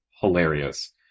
hilarious